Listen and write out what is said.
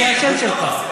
זה השם שלך.